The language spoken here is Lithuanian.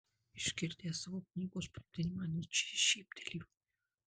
išgirdęs savo knygos pavadinimą nyčė šyptelėjo